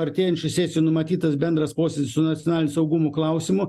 artėjančioj sesijoj numatytas bendras posėdis su nacionalinio saugumo klausimu